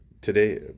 today